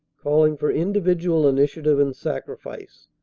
calling for individual initiative and sacrifice,